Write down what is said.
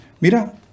mira